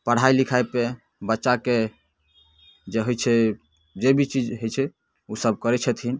पढ़ाइ लिखाइपर बच्चाके जे होइ छै जे भी चीज होइ छै ओसब करै छथिन